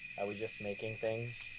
are we just making